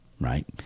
right